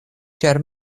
ĉar